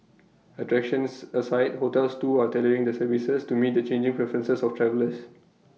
attractions aside hotels too are tailoring their services to meet the changing preferences of travellers